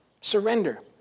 surrender